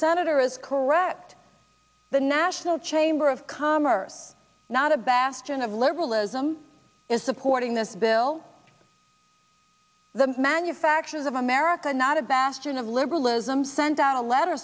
senator is corrupt the national chamber of commerce not a bastion of liberalism is supporting this bill the manufacturers of america not a bastion of liberalism sent out a letter